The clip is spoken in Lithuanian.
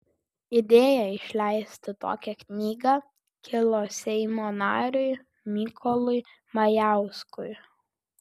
idėja išleisti tokią knygą kilo seimo nariui mykolui majauskui